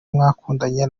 mwakundanye